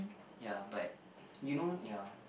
ya but you know ya